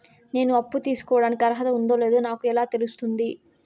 నేను అప్పు తీసుకోడానికి అర్హత ఉందో లేదో నాకు ఎలా తెలుస్తుంది?